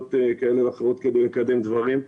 בפרשנויות כאלה ואחרים כדי לקדם דברים.